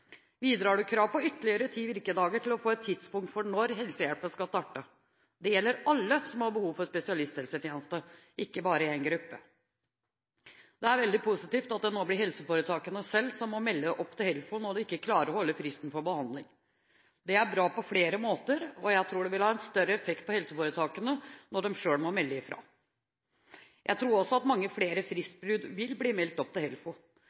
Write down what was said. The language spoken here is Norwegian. Videre har du krav på at du innen ytterligere ti virkedager skal få et tidspunkt for når helsehjelpen skal starte. Det gjelder alle som har behov for spesialisthelsetjeneste – ikke bare en gruppe. Det er veldig positivt at det nå blir helseforetakene selv som må melde fra til HELFO, når de ikke klarer å holde fristen for behandling. Det er bra på flere måter, og jeg tror det vil ha en større effekt på helseforetakene når de selv må melde fra. Jeg tror også at mange flere fristbrudd vil bli meldt til HELFO.